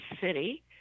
city